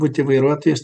būti vairuotojais